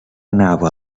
anava